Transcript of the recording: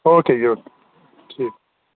okay ठीक